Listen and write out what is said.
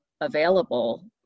available